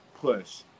push